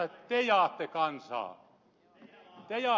te jaatte kansaa